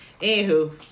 Anywho